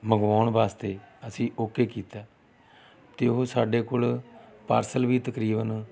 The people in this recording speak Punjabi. ਮੰਗਵਾਉਣ ਵਾਸਤੇ ਅਸੀਂ ਓਕੇ ਕੀਤਾ ਅਤੇ ਉਹ ਸਾਡੇ ਕੋਲ ਪਾਰਸਲ ਵੀ ਤਕਰੀਬਨ